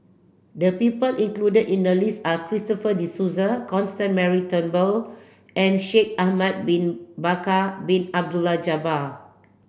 the people included in the list are Christopher De Souza Constance Mary Turnbull and Shaikh Ahmad bin Bakar Bin Abdullah Jabbar